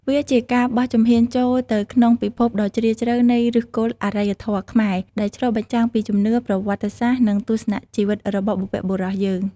វាជាការបោះជំហានចូលទៅក្នុងពិភពដ៏ជ្រាលជ្រៅនៃ ឫសគល់អរិយធម៌ខ្មែរ ដែលឆ្លុះបញ្ចាំងពីជំនឿ ប្រវត្តិសាស្ត្រ និងទស្សនៈជីវិតរបស់បុព្វបុរសយើង។